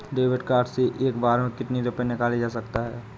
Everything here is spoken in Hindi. डेविड कार्ड से एक बार में कितनी रूपए निकाले जा सकता है?